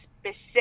specific